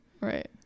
right